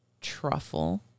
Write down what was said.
truffle